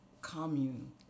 commune